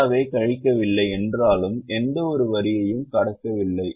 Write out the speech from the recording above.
θ வை கழிக்கவில்லை என்றாலும் எந்தவொரு வரியையும் கடக்கவில்லை